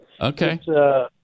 Okay